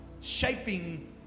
shaping